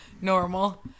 Normal